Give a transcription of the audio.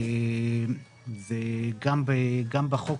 גם בחוק